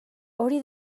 hori